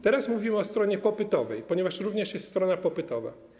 Teraz powiedzmy o stronie popytowej, ponieważ również jest strona popytowa.